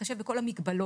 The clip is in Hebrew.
בהתחשב בכל המגבלות